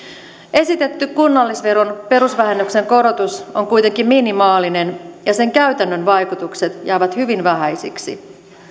esitetty kunnallisveron perusvähennyksen korotus on kuitenkin minimaalinen ja sen käytännön vaikutukset jäävät hyvin vähäisiksi